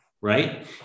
Right